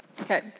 Okay